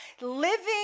living